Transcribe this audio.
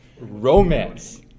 Romance